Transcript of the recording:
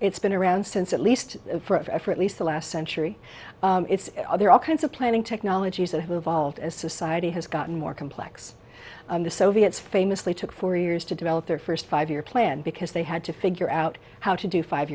it's been around since at least for at least the last century it's there all kinds of planning technologies that have alt as society has gotten more complex the soviets famously took four years to develop their first five year plan because they had to figure out how to do five